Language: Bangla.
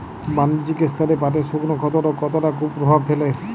বাণিজ্যিক স্তরে পাটের শুকনো ক্ষতরোগ কতটা কুপ্রভাব ফেলে?